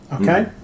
Okay